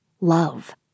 love